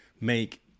make